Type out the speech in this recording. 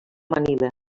manila